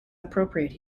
appropriate